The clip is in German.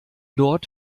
dort